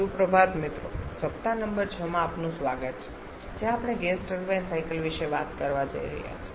સુપ્રભાત મિત્રો સપ્તાહ નંબર 6 માં આપનું સ્વાગત છે જ્યાં આપણે ગેસ ટર્બાઇન સાયકલ વિશે વાત કરવા જઈ રહ્યા છીએ